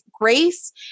grace